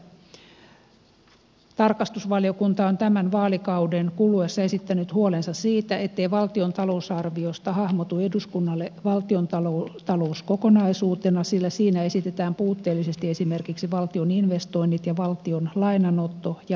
tarkastusvaliokunta on tämän vaalikauden kuluessa esittänyt huolensa siitä ettei valtion talousarviosta hahmotu eduskunnalle valtiontalous kokonaisuutena sillä siinä esitetään puutteellisesti esimerkiksi valtion investoinnit ja valtion lainanotto ja lainananto